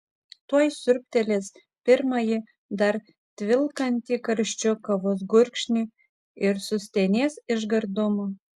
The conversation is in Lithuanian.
tuoj siurbtelės pirmąjį dar tvilkantį karščiu kavos gurkšnį ir sustenės iš gardumo